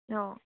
অঁ